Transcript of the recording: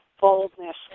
boldness